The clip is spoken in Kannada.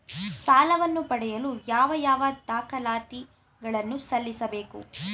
ಸಾಲವನ್ನು ಪಡೆಯಲು ಯಾವ ಯಾವ ದಾಖಲಾತಿ ಗಳನ್ನು ಸಲ್ಲಿಸಬೇಕು?